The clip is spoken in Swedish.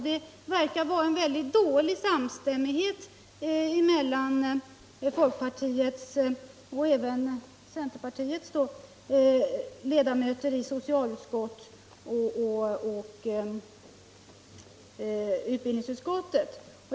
Det verkar råda väldigt dålig samstämmighet mellan folkpartiets — och även centerpartiets — ledamöter i socialutskottet och utbildningsutskottet.